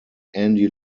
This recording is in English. andy